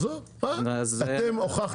אתם הוכחתם,